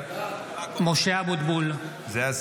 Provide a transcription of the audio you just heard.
(קורא בשמות חברי הכנסת) משה אבוטבול, נגד